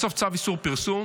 בסוף צו איסור פרסום